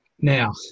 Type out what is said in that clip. Now